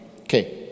Okay